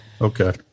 Okay